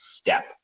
step